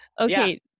Okay